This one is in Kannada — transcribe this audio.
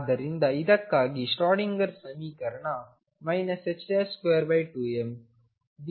ಆದ್ದರಿಂದ ಇದಕ್ಕಾಗಿ ಶ್ರೋಡಿಂಗರ್ ಸಮೀಕರಣ 22md2xdx2 V0xxEψ ಆಗಿದೆ